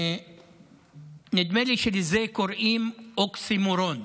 נדמה לי שלזה קוראים אוקסימורון.